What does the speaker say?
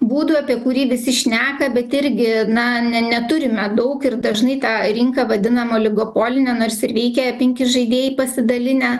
būdų apie kurį visi šneka bet irgi na ne neturime daug ir dažnai tą rinką vadinam oligopoline nors ir veikia penki žaidėjai pasidalinę